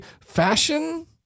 Fashion